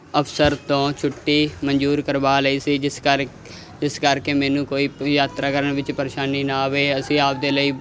ਅਫਸਰ ਤੋਂ ਛੁੱਟੀ ਮੰਜੂਰ ਕਰਵਾ ਲਈ ਸੀ ਜਿਸ ਕਰ ਜਿਸ ਕਰਕੇ ਮੈਨੂੰ ਕੋਈ ਯਾਤਰਾ ਕਰਨ ਵਿੱਚ ਪਰੇਸ਼ਾਨੀ ਨਾ ਆਵੇ ਅਸੀਂ ਆਪਣੇ ਲਈ